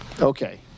Okay